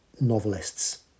novelists